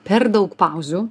per daug pauzių